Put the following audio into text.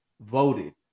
voted